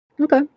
Okay